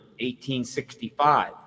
1865